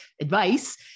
advice